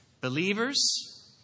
Believers